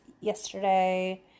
yesterday